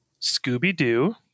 Scooby-Doo